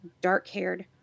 dark-haired